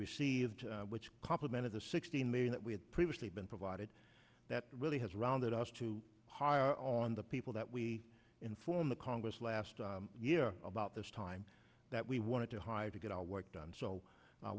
received which complimented the sixteen million that we had previously been provided that really has rounded us to higher on the people that we inform the congress last year about this time that we wanted to hire to get our work done so